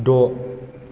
द'